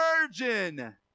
virgin